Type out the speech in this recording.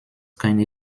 keine